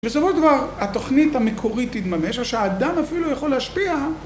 בסופו של דבר, התוכנית המקורית תתממש, או שהאדם אפילו יכול להשפיע.